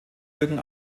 jürgen